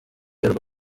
yarwo